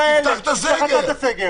תפתח אתה את הסגר.